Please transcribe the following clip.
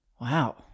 Wow